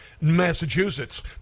Massachusetts